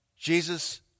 Jesus